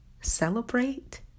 celebrate